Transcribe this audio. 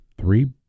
three